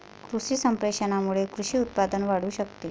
कृषी संप्रेषणामुळे कृषी उत्पादन वाढू शकते